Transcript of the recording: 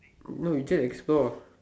no we just explore